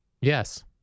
Yes